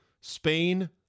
Spain